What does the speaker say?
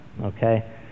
Okay